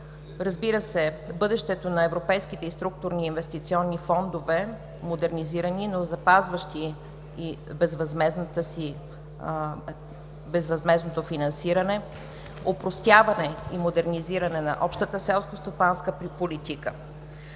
разбира се, бъдещето на европейските и структурни инвестиционни фондове, модернизирани, но запазващи безвъзмездното финансиране, опростяване и модернизиране на общата селскостопанска политика.